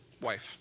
wife